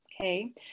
okay